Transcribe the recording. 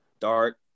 dark